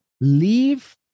leave